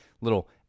little